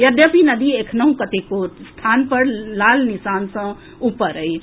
यद्यपि नदी एखनहु कतेको स्थान पर लाल निशान सॅ ऊपर अछि